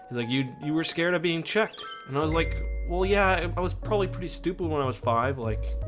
like you you were scared of being checked and i was like, well, yeah, i was probably pretty stupid when i was five like